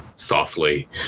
softly